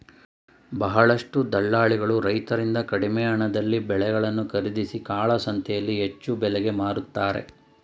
ಬಹಳಷ್ಟು ದಲ್ಲಾಳಿಗಳು ರೈತರಿಂದ ಕಡಿಮೆ ಹಣದಲ್ಲಿ ಬೆಳೆಗಳನ್ನು ಖರೀದಿಸಿ ಕಾಳಸಂತೆಯಲ್ಲಿ ಹೆಚ್ಚು ಬೆಲೆಗೆ ಮಾರುತ್ತಾರೆ